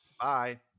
Bye